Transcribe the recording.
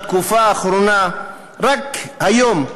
בתקופה האחרונה, רק היום,